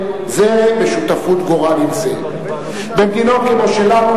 לכן אי-אפשר לעשות ירידה, לפי כל מומחי התחבורה,